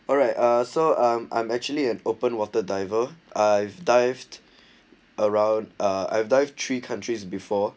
alright so I'm I'm actually an open water diver I've dived around uh I've dive three countries before